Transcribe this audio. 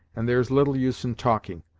and there's little use in talking,